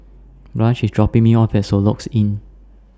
Blanch IS dropping Me off At Soluxe Inn